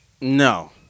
No